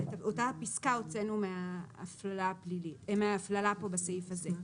אז את אותה פסקה הוצאנו מהפללה פה בסעיף הזה.